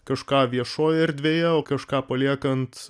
kažką viešojoje erdvėje o kažką paliekant